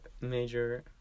major